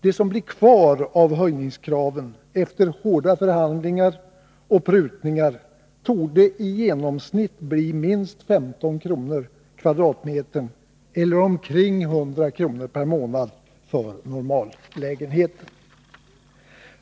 Det som blir kvar av höjningskraven efter hårda förhandlingar och prutningar torde i genomsnitt bli minst 15 kr. per m? eller omkring 100 kr. per månad för normallägenheten.